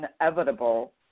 inevitable